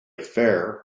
affair